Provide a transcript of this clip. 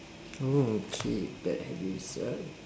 oh okay bad habits sia